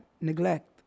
neglect